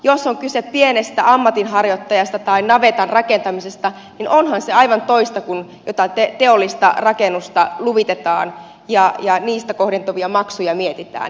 jos on kyse pienestä ammatinharjoittajasta tai navetan rakentamisesta niin onhan se aivan toista kuin jos jotain teollista rakennusta luvitetaan ja siitä kohdentuvia maksuja mietitään